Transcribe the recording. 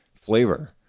flavor